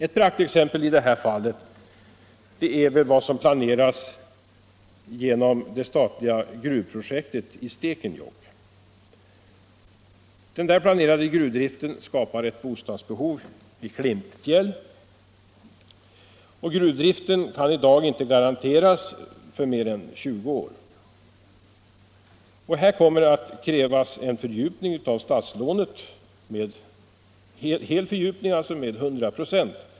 Ett praktexempel på detta är väl planeringen av det statliga gruvprojektet i Stekenjokk. Den där planerade gruvdriften skapar ett bostadsbehov i Klimpfjäll. Gruvdriften kan i dag inte garanteras för mer än 20 år. Här kommer att krävas en fördjupning av statslånet till 100 96.